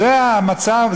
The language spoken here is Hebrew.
זה המצב,